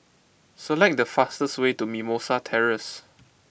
select the fastest way to Mimosa Terrace